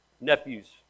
nephews